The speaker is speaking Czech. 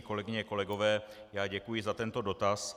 Kolegyně, kolegové, já děkuji za tento dotaz.